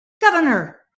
Governor